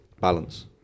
balance